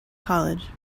college